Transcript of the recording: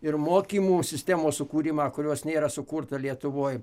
ir mokymo sistemos sukūrimą kurios nėra sukurta lietuvoj